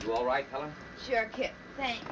to all right thank